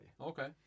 Okay